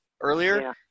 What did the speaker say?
earlier